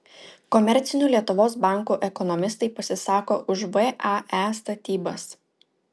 komercinių lietuvos bankų ekonomistai pasisako už vae statybas